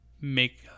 make